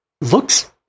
looks